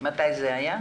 מתי זה היה?